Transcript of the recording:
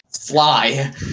Fly